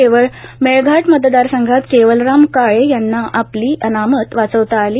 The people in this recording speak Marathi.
केवळ मेळघाट मतदारसंघात केवलराम काळे यांना आपली अनामत वाचवता आली